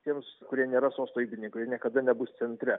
tiems kurie nėra sosto įpėdiniai kurie niekada nebus centre